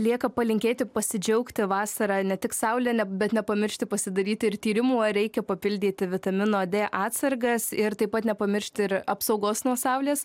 lieka palinkėti pasidžiaugti vasara ne tik saulele bet nepamiršti pasidaryti ir tyrimų ar reikia papildyti vitamino d atsargas ir taip pat nepamiršti ir apsaugos nuo saulės